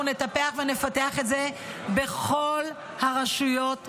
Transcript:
אנחנו נטפח ונפתח את זה בכל הרשויות בישראל.